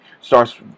starts